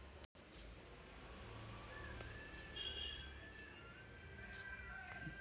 बाजारवादाच्या आगमनामुळे आर्थिक करिअरमध्ये कधीही वाढ होताना दिसत आहे